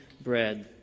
bread